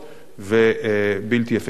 ובלתי אפקטיביות.